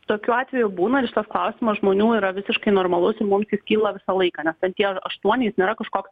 tokių atvejų būna ir šitas klausimas žmonių yra visiškai normalus ir mums jis kyla visą laiką nes ten tie aštuoni jis nėra kažkoks